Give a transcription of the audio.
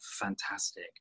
fantastic